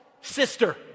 sister